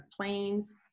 planes